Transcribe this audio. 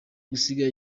gusiga